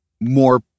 more